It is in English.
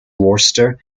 worcester